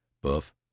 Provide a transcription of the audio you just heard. Buff